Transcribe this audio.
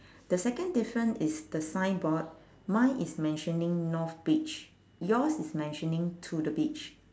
the second different is the signboard mine is mentioning north beach yours is mentioning to the beach